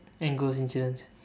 and ghost incidents